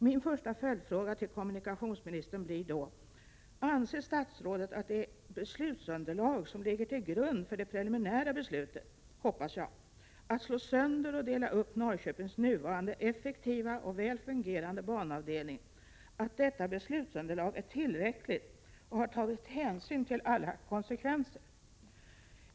Min första följdfråga till kommunikationsministern blir då: Anser statsrådet att det beslutsunderlag som ligger till grund för det, hoppas jag, preliminära beslutet att slå sönder och dela upp Norrköpings nuvarande effektiva och väl fungerande banavdelning, är tillräckligt och att man har tagit hänsyn till alla konsekvenser?